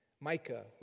Micah